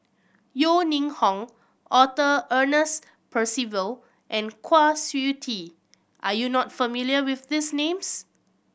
Yeo Ning Hong Arthur Ernest Percival and Kwa Siew Tee are you not familiar with these names